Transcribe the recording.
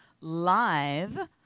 live